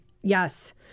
Yes